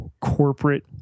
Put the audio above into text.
corporate